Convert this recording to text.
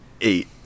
eight